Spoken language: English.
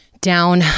down